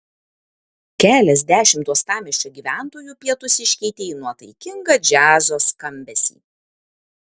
keliasdešimt uostamiesčio gyventojų pietus iškeitė į nuotaikingą džiazo skambesį